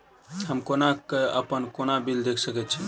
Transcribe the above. हम कोना कऽ अप्पन कोनो बिल देख सकैत छी?